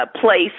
place